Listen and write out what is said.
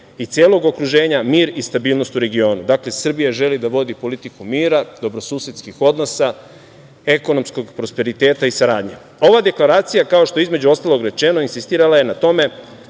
i celog okruženja mir i stabilnost u regionu. Dakle, Srbija želi da vodi politiku mira, dobrosusedskih odnosa, ekonomskog prosperiteta i saradnje. Ova deklaracija, kao što je između ostalog rečeno, insistirala je na tome